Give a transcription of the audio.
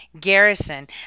Garrison